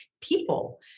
people